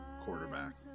quarterback